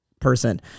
person